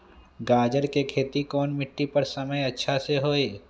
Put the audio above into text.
गाजर के खेती कौन मिट्टी पर समय अच्छा से होई?